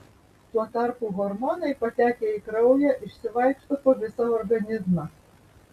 tuo tarpu hormonai patekę į kraują išsivaikšto po visą organizmą